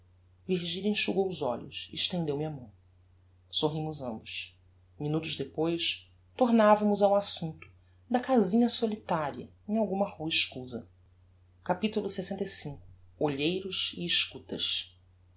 virgilia enxugou os olhos e estendeu-me a mão sorrimos ambos minutos depois tornávamos ao assumpto da casinha solitaria em alguma rua escusa capitulo lxv olheiros e escutas